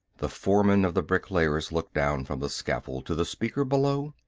the foreman of the bricklayers looked down from the scaffold to the speaker below.